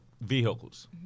vehicles